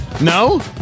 No